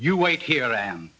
you wait here i am